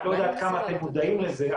אני לא יודע עד כמה אתם מודעים לזה,